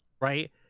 right